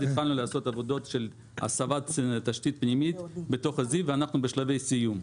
התחלנו לעשות עבודות של הסבת תשתית פנימית בזיו ואנו בשלבי סיום.